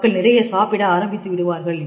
மக்கள் நிறைய சாப்பிட ஆரம்பித்துவிடுவார்கள்